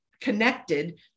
connected